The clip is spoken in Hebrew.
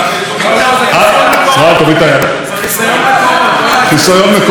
זה חיסיון מקורות.